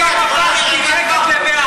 חברת הכנסת מירב, אני מקשיבה לך.